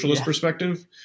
perspective